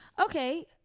okay